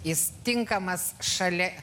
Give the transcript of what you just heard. jis tinkamas šalia